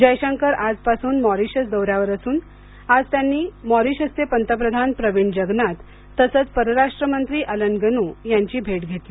जयशंकर आजपासून मॉरिशियस दौर्यावर असून आज त्यांनी मॉरिशसचे पंतप्रधान प्रवीण जगनाथ तसंच परराष्ट्र मंत्री अलन गनू यांची भेट घेतली